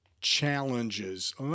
challenges